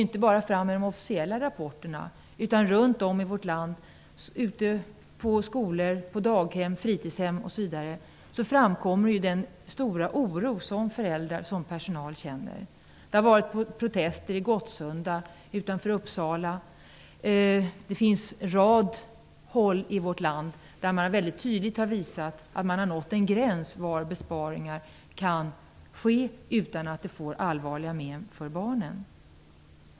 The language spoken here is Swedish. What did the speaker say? Inte bara i officiella rapporter utan runt om i vårt land -- på skolor, på daghem, fritidshem, osv. -- framkommer den stora oro som föräldrar och personal känner. Det har varit protester i Gottsunda utanför Uppsala, och på en rad håll i vårt land har man väldigt tydligt visat att gränsen är nådd för hur långt besparingar kan göras utan allvarliga men för barnen.